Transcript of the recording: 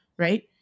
right